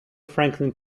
franklin